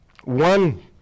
one